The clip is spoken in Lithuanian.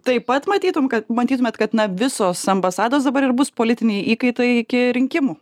taip pat matytum kad matytumėt kad na visos ambasados dabar ir bus politiniai įkaitai iki rinkimų